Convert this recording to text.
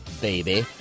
baby